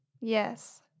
Yes